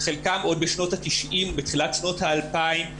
חלקם עוד בשנות ה-90 ובתחילת שנות ה-2000,